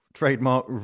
trademark